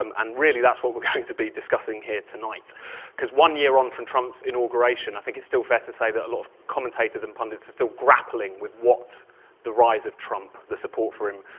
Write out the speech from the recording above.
um and really that's what we're going to be discussing here tonight cause one year on from trump's inauguration i think it's still fair to say that a lot of commentators and pundits are still grappling with what the rise of trump, the support for him,